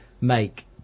make